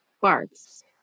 barks